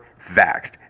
Vaxed